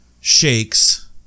shakes